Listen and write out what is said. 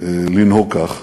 לנהוג כך.